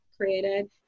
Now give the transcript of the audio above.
created